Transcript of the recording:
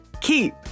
Keep